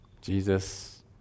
Jesus